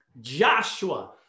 Joshua